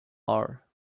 are